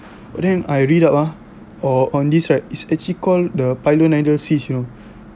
but then I read up ah or on this right it's actually called the pilonidal cyst you know